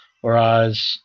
Whereas